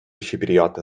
xipriota